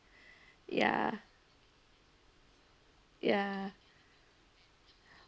ya ya